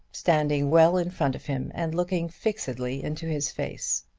standing well in front of him, and looking fixedly into his face.